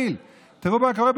לדבר.